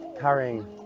carrying